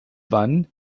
wann